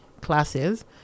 classes